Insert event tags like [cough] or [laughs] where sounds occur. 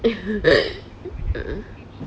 [laughs]